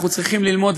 אנחנו צריכים ללמוד,